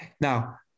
Now